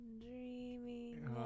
dreaming